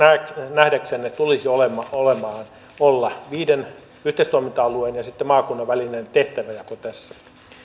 nähdäksenne tulisi olla viiden yhteistoiminta alueen ja sitten maakunnan välinen tehtävänjako tässä